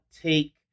take